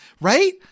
right